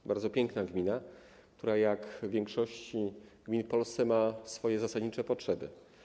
To bardzo piękna gmina, która, jak większość gmin w Polsce, ma swoje zasadnicze potrzeby.